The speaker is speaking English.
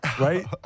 Right